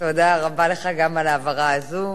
תודה רבה לך גם על ההבהרה הזאת.